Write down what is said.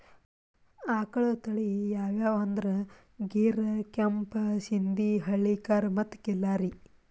ಆಕಳ್ ತಳಿ ಯಾವ್ಯಾವ್ ಅಂದ್ರ ಗೀರ್, ಕೆಂಪ್ ಸಿಂಧಿ, ಹಳ್ಳಿಕಾರ್ ಮತ್ತ್ ಖಿಲ್ಲಾರಿ